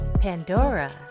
Pandora